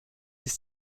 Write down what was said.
dix